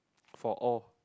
for all